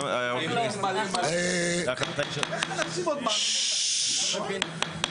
מדובר על הסתייגויות של רע"מ שהגיעו